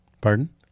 Pardon